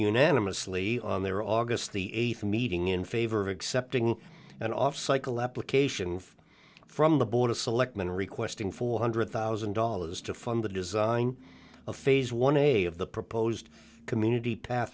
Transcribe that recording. unanimously on their august the th meeting in favor of accepting an off cycle application from the board of selectmen requesting four hundred thousand dollars to fund the design of phase one a of the proposed community pa